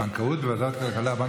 הבנקים לא הגיעו לבנקאות, ועדת הכלכלה?